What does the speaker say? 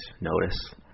notice